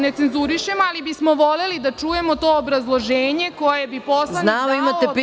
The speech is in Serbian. Ne cenzurišem, ali bismo voleli da čujemo to obrazloženje koje bi poslanik dao o tome kakav…